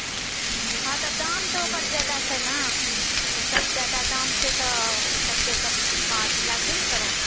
हँ तऽ ओकर दाम जादा छै ने ओ सब जादा दाम छै ने ओ सबके अथी लागबे ने करत